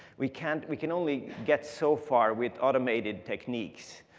we can we can only get so far with automated techniques.